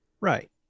Right